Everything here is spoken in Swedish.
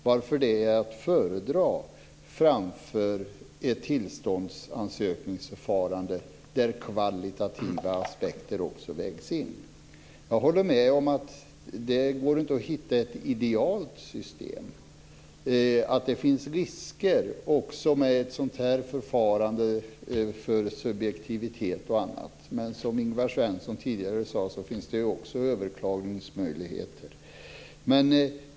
Varför är det att föredra framför ett tillståndsansökningsförfarande där kvalitativa aspekter också vägs in? Jag håller med om att det inte går att hitta ett idealt system. Det finns risker också med med det föreslagna förfarandet med subjektivitet och annat. Men som Ingvar Svensson tidigare sade finns det också överklagningsmöjligheter.